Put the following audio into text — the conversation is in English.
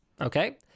Okay